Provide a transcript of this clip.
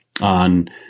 on